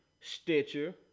Stitcher